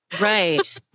Right